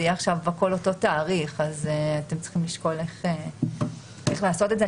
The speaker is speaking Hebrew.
זה יהיה עכשיו הכל אותו תאריך אז אתם צריכים לשקול איך לעשות את זה.